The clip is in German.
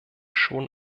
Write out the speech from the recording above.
schon